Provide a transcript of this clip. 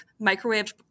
microwaved